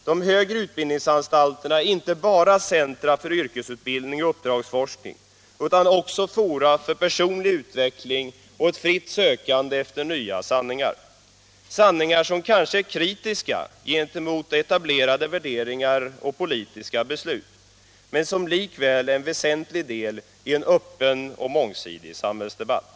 De högre utbildningsanstalterna är inte bara centra för yrkesutbildning och uppdragsforskning utan också fora för personlig utveckling och ett fritt sökande efter nya sanningar — sanningar som kanske är kritiska gentemot etablerade värderingar och politiska beslut men som likväl är en väsentlig del i en öppen och mångsidig samhällsdebatt.